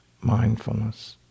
mindfulness